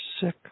sick